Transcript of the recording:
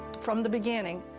from the beginning,